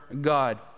God